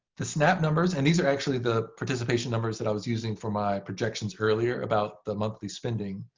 the snap numbers, and these are actually the participation numbers that i was using for my projections earlier about the monthly spending.